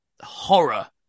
horror